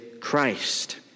Christ